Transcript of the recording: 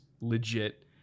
legit